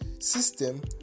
system